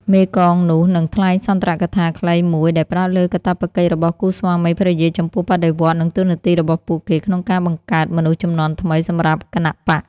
មេកងនោះនឹងថ្លែងសុន្ទរកថាខ្លីមួយដែលផ្តោតលើកាតព្វកិច្ចរបស់គូស្វាមីភរិយាចំពោះបដិវត្តន៍និងតួនាទីរបស់ពួកគេក្នុងការបង្កើតមនុស្សជំនាន់ថ្មីសម្រាប់គណបក្ស។